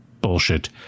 bullshit